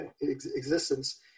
existence